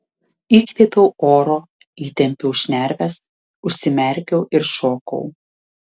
įkvėpiau oro įtempiau šnerves užsimerkiau ir šokau